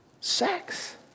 Sex